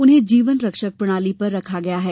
उन्हें जीवनरक्षक प्रणाली पर रखा गया है